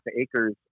acres